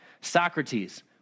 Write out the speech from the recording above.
Socrates